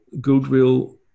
goodwill